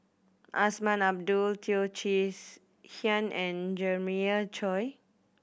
Azman Abdullah Teo Chee Hean and Jeremiah Choy